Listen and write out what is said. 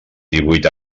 divuit